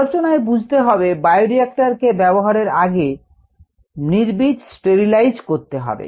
আলোচনায় বুঝতে হবে বায়োরিক্টর কে ব্যবহারের আগে নির্বিজ করতে হবে